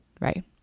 right